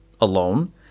alone